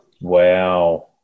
Wow